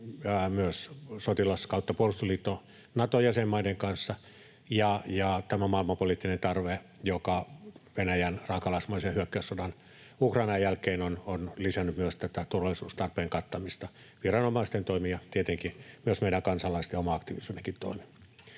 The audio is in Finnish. myös sotilas- ja puolustusliitto Naton jäsenmaiden kanssa sekä tämä maailmanpoliittinen tilanne, joka Venäjän raakalaismaisen Ukrainan-hyökkäyssodan jälkeen on lisännyt myös tätä turvallisuustarpeen kattamista, viranomaisten toimin tietenkin mutta myös meidän kansalaisten oman aktiivisuudenkin toimin.